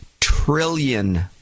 trillion